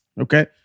okay